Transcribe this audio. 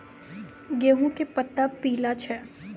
गेहूँ के पत्ता पीला छै?